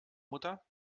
mutter